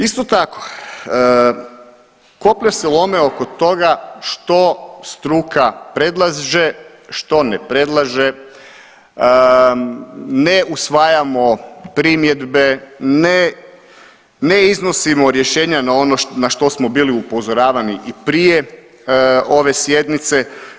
Isto tako, koplja se lome oko toga što struka predlaže, što ne predlaže ne usvajamo primjedbe, ne iznosimo rješenja na ono na što smo bili upozoravani i prije ove sjednice.